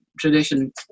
tradition